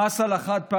המס על החד-פעמי,